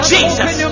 Jesus